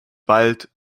wald